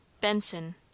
Benson